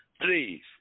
please